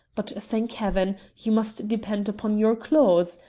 but, thank heaven, you must depend upon your claws.